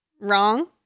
wrong